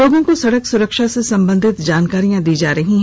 लोगों को सडक सुरक्षा से संबंधित जानकारियां दी जा रही है